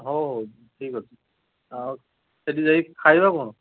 ହଉ ହଉ ଠିକ୍ ଅଛି ଆଉ ସେଠି ଯାଇକି ଖାଇବା କ'ଣ